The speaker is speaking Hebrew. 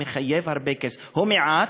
הוא מחייב הרבה כסף: הוא מועט,